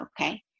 okay